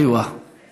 חברת הכנסת עאידה תומא